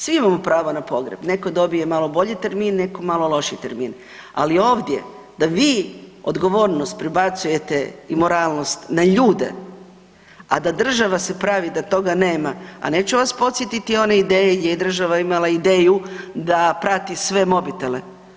Svi imamo pravo na pogreb, netko dobije malo bolji termin, netko malo lošiji termin, ali ovdje da vi odgovornost prebacujete i moralnost na ljude, a da država se pravi da toga nema, a neću vas podsjetiti one ideje gdje je država imala ideju da prati sve mobitele.